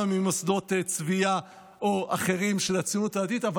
ממוסדות צביה של הציונות הדתית או אחרים.